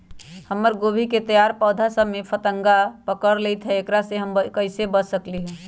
हमर गोभी के तैयार पौधा सब में फतंगा पकड़ लेई थई एकरा से हम कईसे बच सकली है?